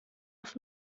auf